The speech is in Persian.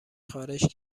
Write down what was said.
خارش